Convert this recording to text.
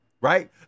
right